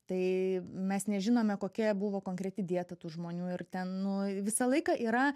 tai mes nežinome kokia buvo konkreti dieta tų žmonių ir ten nu visą laiką yra